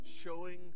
showing